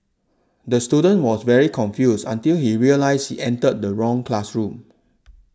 the student was very confused until he realised he entered the wrong classroom